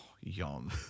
yum